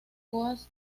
coast